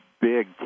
big